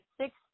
sixth